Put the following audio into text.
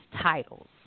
titles